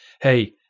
hey